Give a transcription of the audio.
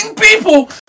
people